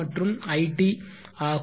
மற்றும் It ஆகும்